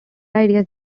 ideas